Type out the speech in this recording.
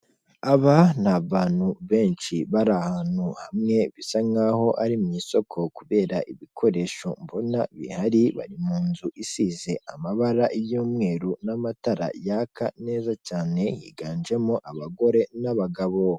Aba ni bantu benshi bari ahantu hamwe, bisa nk'aho ari mu isoko kubera ibikoresho mbona bihari, bari mu nzu isize amabara y'umweru, n'amatara yaka neza cyane, higanjemo abagore n'abagabo.